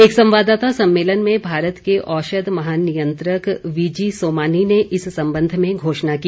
एक संवाददाता सम्मेलन में भारत के औषध महानियंत्रक वी जी सोमानी ने इस संबंध में घोषणा की